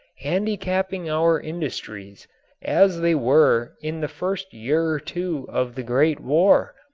handicapping our industries as they were in the first year or two of the great war!